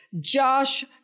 Josh